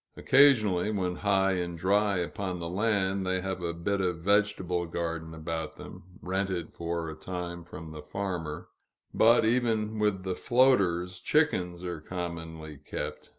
occasionally, when high and dry upon the land, they have a bit of vegetable garden about them, rented for a time from the farmer but, even with the floaters, chickens are commonly kept,